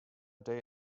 day